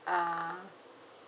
uh